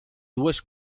duas